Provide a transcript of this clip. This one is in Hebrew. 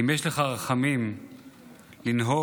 יש לך רחמים לנהוג